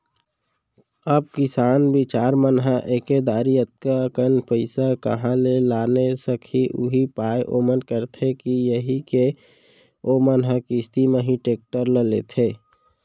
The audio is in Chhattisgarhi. अब किसान बिचार मन ह एके दरी अतका कन पइसा काँहा ले लाने सकही उहीं पाय ओमन करथे यही के ओमन ह किस्ती म ही टेक्टर ल लेथे